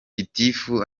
gitifu